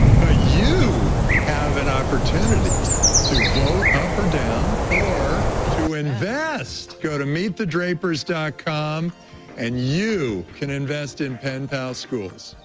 but you have an opportunity to vote up or down or to invest. go to meet the drapers dot com and you can invest in penpal schools.